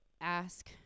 ask